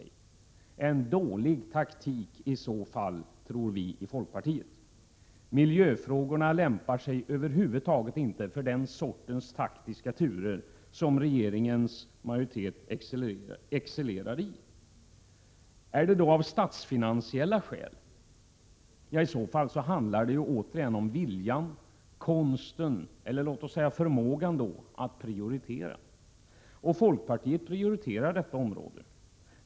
En dålig taktik i så fall, tror vi i folkpartiet. Miljöfrågorna lämpar sig över huvud taget inte för de snabba taktiska turer som regeringen excellerar i. Eller är det av statsfinansiella skäl? I så fall handlar det återigen om viljan, konsten eller förmågan att prioritera. Folkpartiet prioriterar detta område.